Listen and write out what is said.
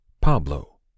Pablo